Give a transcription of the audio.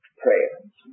prayers